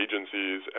agencies